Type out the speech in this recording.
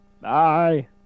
Bye